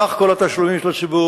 סך כל התשלומים של הציבור,